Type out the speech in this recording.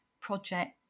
project